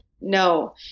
no